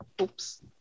oops